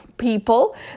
people